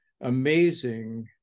amazing